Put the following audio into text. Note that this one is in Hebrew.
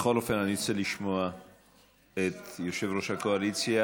בכל אופן אני רוצה לשמוע את יושב-ראש הקואליציה.